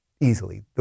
easily